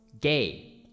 Gay